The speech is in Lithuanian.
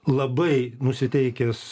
labai nusiteikęs